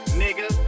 nigga